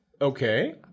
Okay